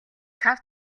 цав